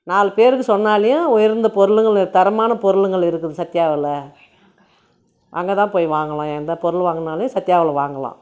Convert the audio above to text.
நாலு பேருக்கு சொன்னாலும் உயர்ந்த பொருட்கள் தரமான பொருளுங்கள் இருக்குது சத்யாவில் அங்கேதான் போய் வாங்கலாம் எந்த பொருள் வாங்கினாலும் சத்யாவில் வாங்கலாம்